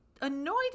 annoyed